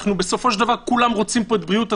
בסופו של דבר כולנו רוצים את בריאות הציבור.